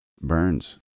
Burns